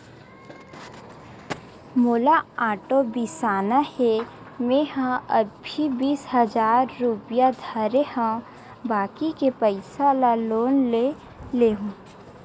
मोला आटो बिसाना हे, मेंहा अभी बीस हजार रूपिया धरे हव बाकी के पइसा ल लोन ले लेहूँ